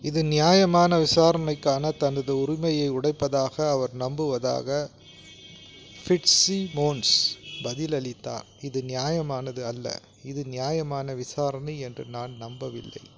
இது நியாயமான விசாரணைக்கான தனது உரிமையை உடைப்பதாக அவர் நம்புவதாக ஃபிட்ஸிமோன்ஸ் பதிலளித்தார் இது நியாயமானது அல்ல இது நியாயமான விசாரணை என்று நான் நம்பவில்லை